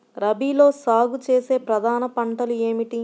రబీలో సాగు చేసే ప్రధాన పంటలు ఏమిటి?